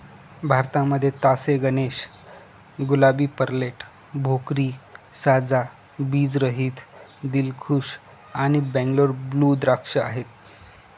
भारतामध्ये तास A Ganesh, Gulabi, Perlette, Bhokri, साजा, बीज रहित, दिलखुश आणि बंगलोर ब्लू द्राक्ष आहेत